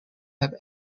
have